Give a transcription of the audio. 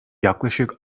yaklaşık